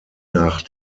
nach